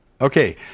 Okay